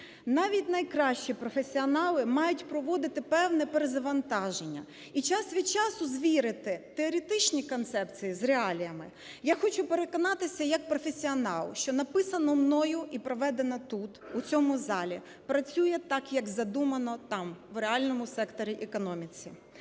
Навіть найкращі професіонали мають проводити певне перезавантаження і час від часу звірити теоретичні концепції з реаліями. Я хочу переконатися як професіонал, що написано мною і проведено тут у цьому залі, працює так, як задумано там в реальному секторі економіки.